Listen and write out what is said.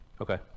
Okay